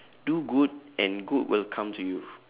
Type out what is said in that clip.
do good and good will come to you